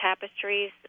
tapestries